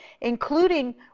including